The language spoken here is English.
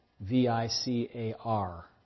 V-I-C-A-R